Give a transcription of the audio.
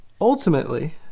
ultimately